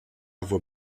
voix